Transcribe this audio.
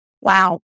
Wow